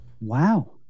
Wow